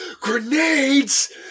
grenades